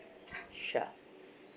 sure